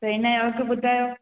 त हिन जो अघु ॿुधायो